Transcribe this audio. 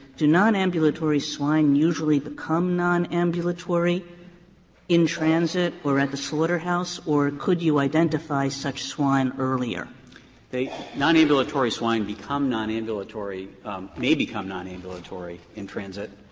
do nonambulatory swine usually become nonambulatory in transit or at the slaughterhouse, or could you identify such swine earlier? wells they nonambulatory swine become nonambulatory may become nonambulatory in transit.